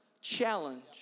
challenge